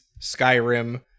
Skyrim